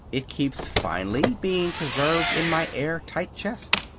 it keeps finely, being preserved in my air-tight chest.